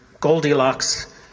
Goldilocks